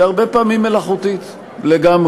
היא הרבה פעמים מלאכותית לגמרי.